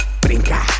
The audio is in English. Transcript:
brinca